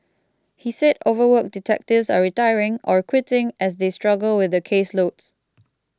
he said overworked detectives are retiring or quitting as they struggle with the caseloads